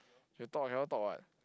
you talk I cannot talk [what]